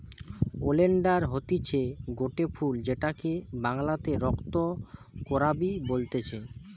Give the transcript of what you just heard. oleander হতিছে গটে ফুল যেটাকে বাংলাতে রক্ত করাবি বলতিছে